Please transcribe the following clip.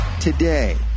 today